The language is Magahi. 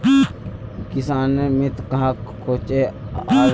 किसानेर मित्र कहाक कोहचे आर कन्हे?